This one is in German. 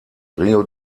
rio